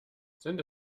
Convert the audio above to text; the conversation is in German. sind